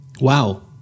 Wow